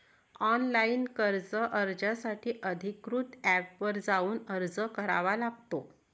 online कर्ज अर्जासाठी अधिकृत एपवर जाऊन अर्ज करावा लागतो